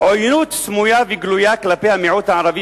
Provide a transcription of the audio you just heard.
עוינות סמויה וגלויה כלפי המיעוט הערבי